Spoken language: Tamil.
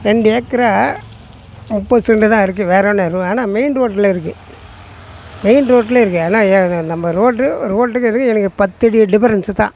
ரெண்டு ஏக்கராக முப்பது சென்ட்டு தான் இருக்குது வேறே ஒன்றும் ஆனால் மெயின் ரோட்டில் இருக்குது மெயின் ரோட்டில் இருக்குது ஏன்னா ஏ நம்ம ரோட்டு ரோட்டுக்கு எதுக்க எனக்கு பத்தடி டிபரன்ஸு தான்